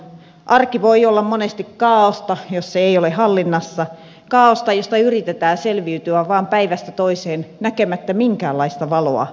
arki voi olla monesti kaaosta jos se ei ole hallinnassa kaaosta josta yritetään selviytyä vain päivästä toiseen näkemättä minkäänlaista valoa putken päässä